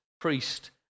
priest